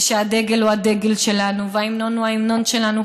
ושהדגל הוא הדגל שלנו וההמנון הוא ההמנון שלנו.